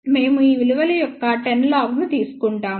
మేము ఈ విలువల యొక్క 10 లాగ్ను తీసుకుంటాము